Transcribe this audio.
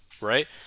right